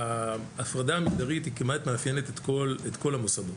ההפרדה המגדרית כמעט מאפיינת את כל המוסדות.